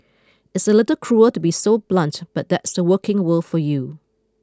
it's a little cruel to be so blunt but that's the working world for you